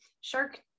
shark